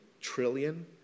trillion